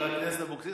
חברת הכנסת אבקסיס,